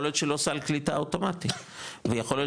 יכול להיות שלא סל קליטה אוטומטי ויכול להיות